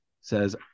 says